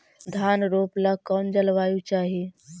धान रोप ला कौन जलवायु चाही?